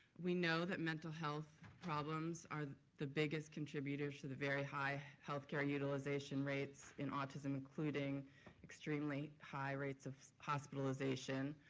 we know that mental health problems are the biggest contributor to the very high healthcare utilization rates in autism including extremely high rates of hospitalization,